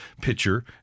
pitcher